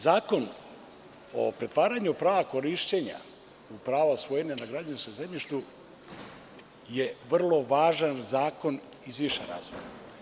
Zakon o pretvaranju prava korišćenja u pravo svojine na građevinskom zemljištu je vrlo važan zakon iz više razloga.